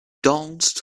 danced